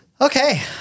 okay